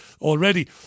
already